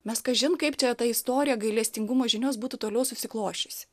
mes kažin kaip čia ta istorija gailestingumo žinios būtų toliau susiklosčius